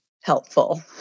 helpful